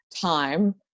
time